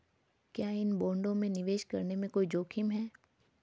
क्या इन बॉन्डों में निवेश करने में कोई जोखिम है?